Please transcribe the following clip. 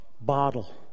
bottle